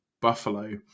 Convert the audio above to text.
Buffalo